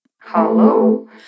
Hello